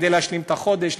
כדי להשלים את החודש,